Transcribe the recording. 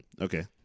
Okay